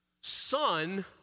Son